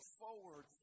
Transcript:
forward